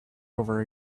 over